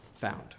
found